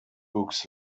books